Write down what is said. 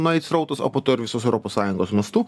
nueit srautas o po to ir visos europos sąjungos mastu